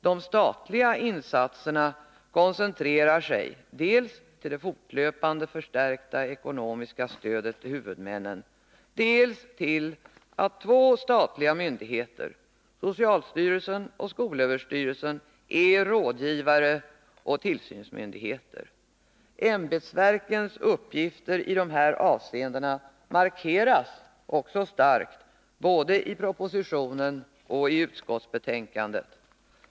De statliga insatserna koncentrerar sig dels till det fortlöpande förstärkta ekonomiska stödet till huvudmännen, dels till att två statliga myndigheter — socialstyrelsen och skolöverstyrelsen — är rådgivare och tillsynsmyndigheter. Ämbetsverkens uppgifter i dessa avseenden markeras också starkt både i propositionen och i utskottsbetänkandet.